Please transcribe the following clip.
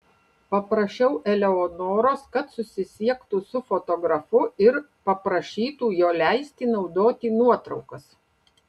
paprašiau eleonoros kad susisiektų su fotografu ir paprašytų jo leisti naudoti nuotraukas